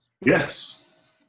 Yes